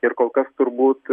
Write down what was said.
ir kol kas turbūt